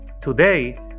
Today